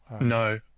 No